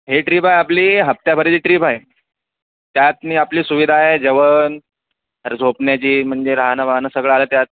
हे ट्रिप आहे आपली हफ्त्याभरची ट्रिप आहे त्यातून आपली सुविधा आहे जेवण व झोपण्याची म्हणजे राहणं वाहणं सगळं आलं त्यात